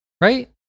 right